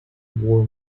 war